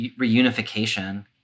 reunification